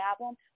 album